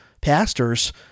pastors